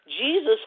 Jesus